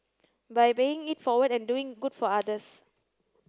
by paying it forward and doing good for others